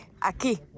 aquí